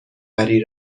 وری